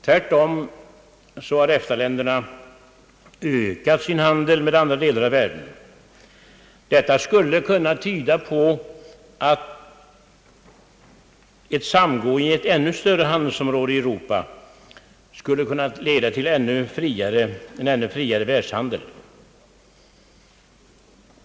EFTA-länderna har tvärtom ökat sin handel med andra delar av världen. Detta skulle kunna tyda på att ett samgående i ett ännu större handelsområde i Europa skulle leda till en ännu friare världshandel.